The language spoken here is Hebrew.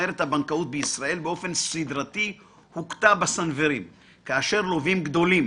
צמרת הבנקאות בישראל באופן סידרתי הוכתה בסנוורים כאשר לווים גדולים,